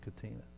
Katina